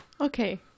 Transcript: Okay